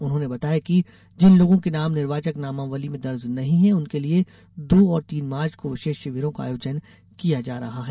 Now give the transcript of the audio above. उन्होंने बताया कि जिन लोगों के नाम निर्वाचक नामावली में दर्ज नहीं हैं उनके लिए दो और तीन मार्च को विशेष शिविरों का आयोजन किया जा रहा है